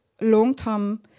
long-term